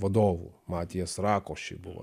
vadovų matijas rakoši buvo